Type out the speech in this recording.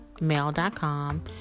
mail.com